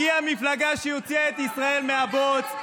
הגיעה מפלגה שהוציאה את ישראל מהבוץ,